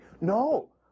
No